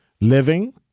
living